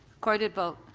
recorded vote.